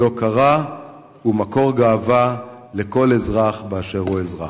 היא הוקרה ומקור גאווה לכל אזרח באשר הוא אזרח.